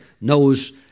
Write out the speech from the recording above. knows